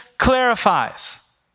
Clarifies